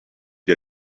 did